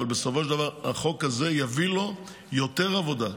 אבל בסופו של דבר החוק הזה יביא לו יותר עבודה,